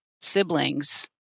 siblings